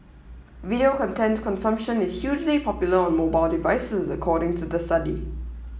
video content consumption is hugely popular on mobile devices according to the study